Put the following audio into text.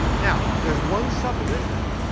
now, there's one supposition,